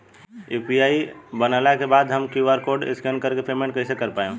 UPI बनला के बाद हम क्यू.आर कोड स्कैन कर के पेमेंट कइसे कर पाएम?